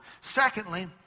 Secondly